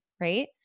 right